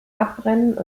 abbrennen